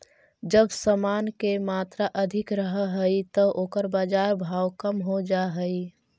जब समान के मात्रा अधिक रहऽ हई त ओकर बाजार भाव कम हो जा हई